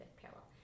parallel